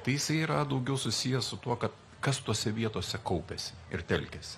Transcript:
tai jisai yra daugiau susijęs su tuo kad kas tose vietose kaupiasi ir telkiasi